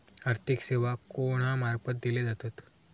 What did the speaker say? आर्थिक सेवा कोणा मार्फत दिले जातत?